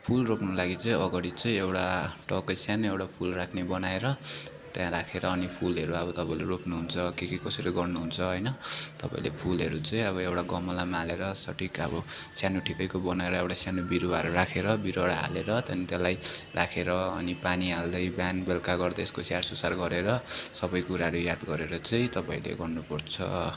फुल रोप्नु लागि चाहिँ अगाडि चाहिँ एउटा टक्कै सानो एउटा फुल राख्ने बनाएर त्यहाँ राखेर अनि फुलहरू अब तपाईँले रोप्नुहुन्छ के के कसरी गर्नुहुन्छ होइन तपाईँले फुलहरू चाहिँ अब एउटा गमलामा हालेर सठिक अब सानो ठिकैको बनाएर एउटा सानो बिरुवाहरू राखेर बिरुवाहरू हालेर त्यहाँदेखि त्यसलाई राखेर अनि पानी हाल्दै बिहान बेलुका गर्दै त्यसको स्याहारसुसार गरेर सबै कुरालाई याद गरेर चाहिँ तपाईँले गर्नुपर्छ